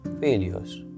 failures